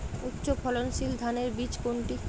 উচ্চ ফলনশীল ধানের বীজ কোনটি?